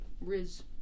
Riz